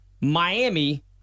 Miami